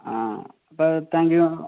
ആ അപ്പോൾ thank you